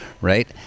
Right